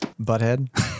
Butthead